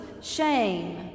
shame